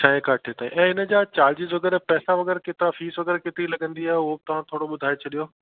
छहे खां अठे ताईं ऐं इन जा चार्जिस वग़ैरह पैसा वग़ैरह केतिरा फीस वग़ैरह केतिरी लगंदी आहे उहो बि तव्हां थोरो ॿुधाए छॾियो